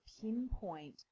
pinpoint